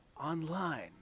online